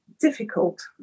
difficult